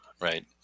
right